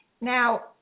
now